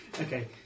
Okay